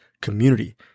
community